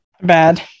bad